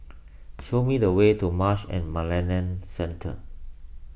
show me the way to Marsh and McLennan Centre